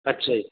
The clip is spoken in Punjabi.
ਅੱਛਾ ਜੀ